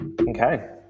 okay